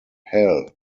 hell